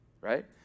right